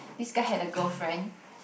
this guy had a girlfriend